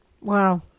Wow